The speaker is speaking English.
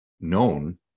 known